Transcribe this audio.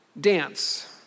dance